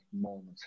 moment